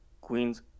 queens